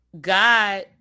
God